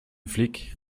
flic